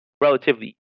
relatively